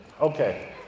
Okay